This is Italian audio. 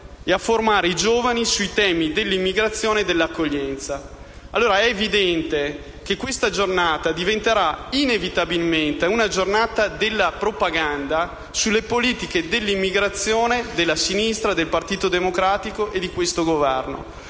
È evidente che quella giornata sarà inevitabilmente dedicata alla propaganda sulle politiche dell'immigrazione della sinistra, del Partito Democratico e di questo Governo.